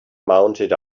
mounted